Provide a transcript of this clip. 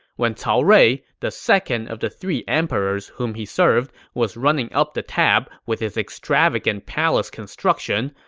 when cao rui, the second of the three emperors whom he served, was running up the tab with his extravagant palace construction,